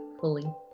fully